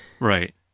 Right